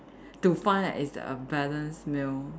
to find that it's a balanced meal